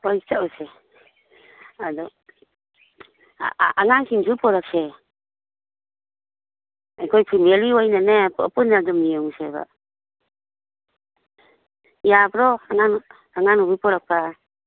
ꯍꯣꯏ ꯆꯠꯂꯨꯁꯦ ꯑꯗꯨ ꯑꯉꯥꯡꯁꯤꯡꯁꯨ ꯄꯨꯔꯛꯁꯦ ꯑꯩꯈꯣꯏ ꯐꯦꯃꯤꯂꯤ ꯑꯣꯏꯅꯅꯦ ꯄꯨꯟꯅ ꯑꯗꯨꯝ ꯌꯦꯡꯉꯨꯁꯦꯕ ꯌꯥꯕ꯭ꯔꯣ ꯑꯉꯥꯡ ꯅꯨꯄꯤ ꯄꯨꯔꯛꯄ